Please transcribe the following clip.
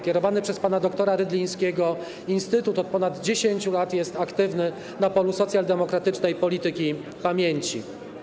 Kierowany przez pana dr. Rydlińskiego instytut od ponad 10 lat jest aktywny na polu socjaldemokratycznej polityki pamięci.